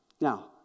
Now